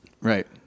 right